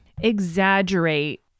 exaggerate